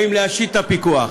האם להשית את הפיקוח.